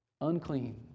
Unclean